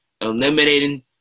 eliminating